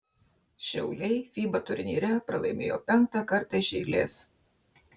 šiauliai fiba turnyre pralaimėjo penktą kartą iš eilės